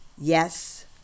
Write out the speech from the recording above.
Yes